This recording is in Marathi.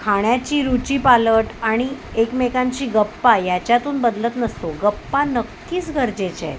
खाण्याची रुचीपालट आणि एकमेकांची गप्पा याच्यातून बदलत नसतो गप्पा नक्कीच गरजेच्या आहेत